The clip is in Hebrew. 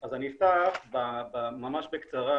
אז אני אפתח ממש בקצרה,